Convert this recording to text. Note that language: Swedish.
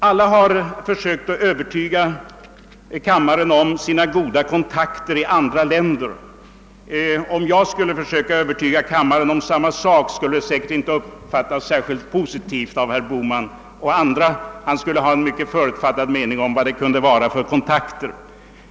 Alla har försökt att övertyga kammaren om sina goda kontakter i andra länder. Om jag försökte övertyga kammaren om samma sak skulle det säkerligen inte uppfattas särskilt positivt av herr Bohman och andra — man skulle säkert ha en mycket förutfattad mening om vad det kunde vara för kontakter.